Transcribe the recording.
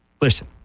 Listen